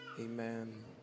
Amen